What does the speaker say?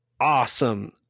awesome